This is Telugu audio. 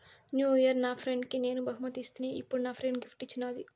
న్యూ ఇయిర్ నా ఫ్రెండ్కి నేను బహుమతి ఇస్తిని, ఇప్పుడు నా ఫ్రెండ్ గిఫ్ట్ ఇచ్చిన్నాది